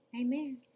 Amen